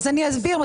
אני אסביר.